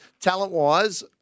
talent-wise